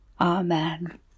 Amen